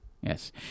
Yes